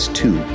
two